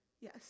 Yes